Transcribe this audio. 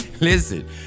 Listen